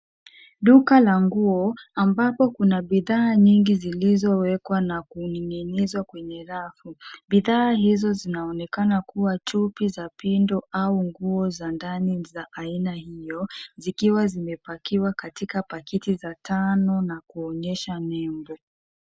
Duka la nguo ambapo kuna bidhaa nyingi zilizowekwa na kuning'inizwa kwenye rafu. Bidhaa hizi zinaonekana kuwa chupi za pindo au nguo za ndani za aina hiyo zikiwa zimepakiwa katika pakiti za tano na kuonyesha nembo.